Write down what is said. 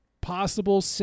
possible